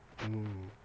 mm